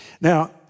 Now